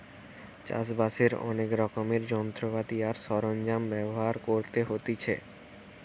চাষ বাসের অনেক রকমের যন্ত্রপাতি আর সরঞ্জাম ব্যবহার করতে হতিছে